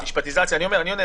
אני יודע.